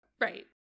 Right